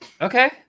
Okay